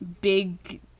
big